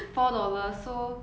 four dollar so